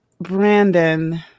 Brandon